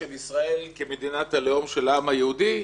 של ישראל כמדינת הלאום של העם היהודי,